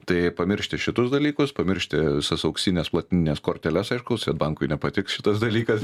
tai pamiršti šitus dalykus pamiršti visas auksines platinines korteles aišku svedbankui nepatiks šitas dalykas